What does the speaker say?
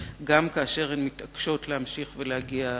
גם כאשר הן מתעקשות להמשיך ולהגיע לעבודה.